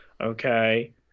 Okay